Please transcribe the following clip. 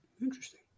Interesting